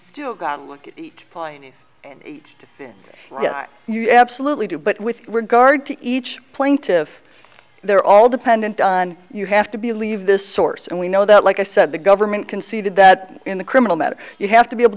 still gotta look at each pioneer and age when you absolutely do but with regard to each plaintive they're all dependent on you have to believe this source and we know that like i said the government conceded that in the criminal matter you have to be able